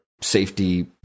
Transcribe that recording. safety